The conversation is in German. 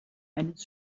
eines